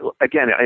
again